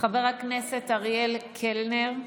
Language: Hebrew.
חבר הכנסת אריאל קלנר,